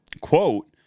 quote